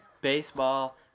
baseball